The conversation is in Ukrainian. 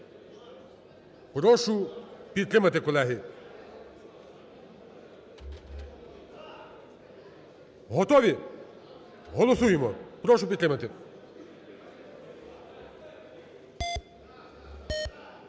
прошу підтримати, колеги. Готові? Голосуємо! Прошу підтримати.